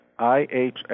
IHS